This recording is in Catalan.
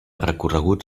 recorregut